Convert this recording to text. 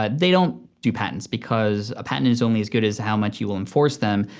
but they don't do patents because a patent's only as good as how much you will enforce them,